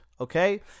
okay